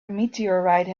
meteorite